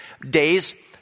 days